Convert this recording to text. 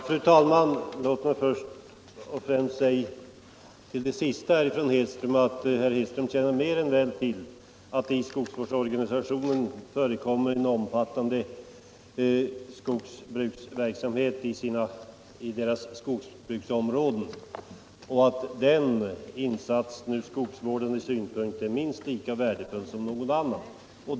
Fru talman! Låt mig först säga att herr Hedström känner till att skogsägarorganisationerna bedriver en omfattande skogsbruksverksamhet och att den insatsen ur skogsvårdande synpunkt är minst lika värdefull som någon annan insats.